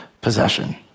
possession